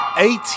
Eight